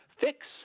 fix